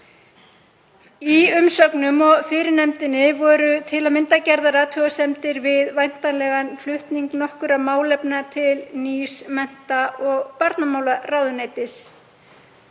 Í umsögnum og fyrir nefndinni voru til að mynda gerðar athugasemdar við væntanlegan flutning nokkurra málefna til nýs mennta- og barnamálaráðuneytis.